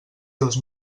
dos